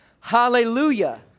Hallelujah